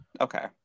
Okay